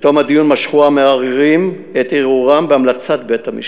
בתום הדיון משכו המערערים את ערעורם בהמלצת בית-המשפט.